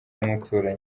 n’umuturanyi